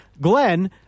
Glenn